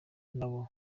nabo